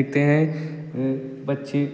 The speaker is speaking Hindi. दिखते हैं पक्षी